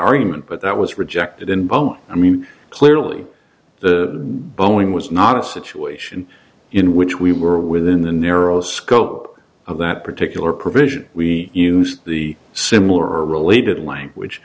argument but that was rejected in bone i mean clearly the bowing was not a situation in which we were within the narrow scope of that particular provision we use the similar related language